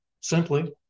simply